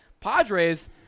Padres